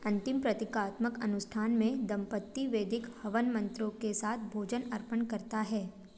अंतिम प्रतीकात्मक अनुष्ठान में दम्पति वैदिक हवन मंत्रों के साथ भोजन अर्पण करता है